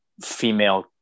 female